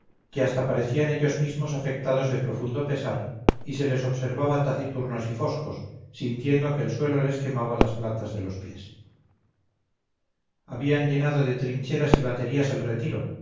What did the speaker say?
que hasta parecían ellos mismos afectados de profundo pesar y se les observaba taciturnos y foscos sintiendo que el suelo les quemaba las plantas de los pies habían llenado de trincheras y baterías el retiro